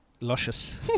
Luscious